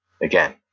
again